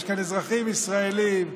יש כאן אזרחים ישראלים,